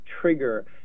trigger